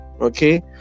Okay